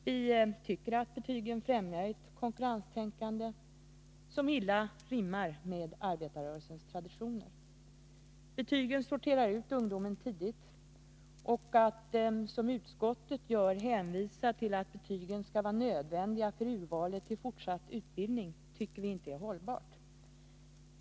Vi anser att betygen främjar ett konkurrenstänkande som illa rimmar med arbetarrörelsens traditioner. Betygen sorterar ut ungdomen tidigt. Att som utbildningsutskottet gör hänvisa till att betygen är nödvändiga för urvalet till fortsatt utbildning tycker vi inte är hållbart.